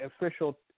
official